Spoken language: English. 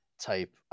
type